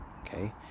okay